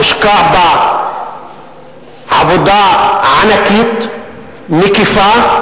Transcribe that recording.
הושקעה בה עבודה ענקית ומקיפה,